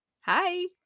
hi